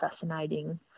fascinating